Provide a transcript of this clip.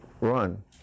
run